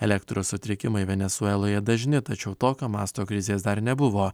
elektros sutrikimai venesueloje dažni tačiau tokio masto krizės dar nebuvo